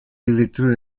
elettroni